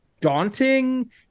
daunting